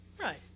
Right